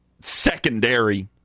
secondary